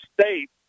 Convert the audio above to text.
state